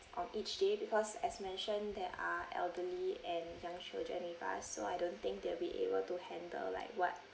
on each day because as mentioned there are elderly and young children with us so I don't think they'll be able to handle like what